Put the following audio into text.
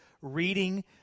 reading